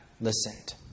listened